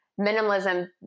minimalism